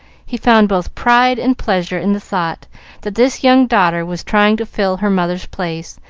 he found both pride and pleasure in the thought that this young daughter was trying to fill her mother's place,